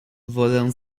wolę